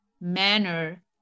manner